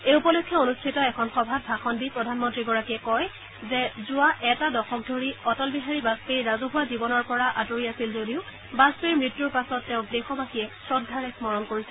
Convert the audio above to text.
এই উপলক্ষে অনুষ্ঠিত এখন সভাত ভাষণ দি প্ৰধানমন্ত্ৰীগৰাকীয়ে কয় যে যোৱা এটা দশক ধৰি অটল বিহাৰী বাজপেয়ী ৰাজহুৱা জীৱনৰ পৰা আঁতৰি আছিল যদিও বাজপেয়ীৰ মৃত্যুৰ পাছত তেওঁক দেশবাসীয়ে শ্ৰদ্ধাৰে স্মৰণ কৰিছে